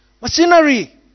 machinery